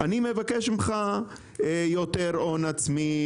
"ולכן אני מבקש ממך יותר הון עצמי",